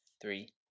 Three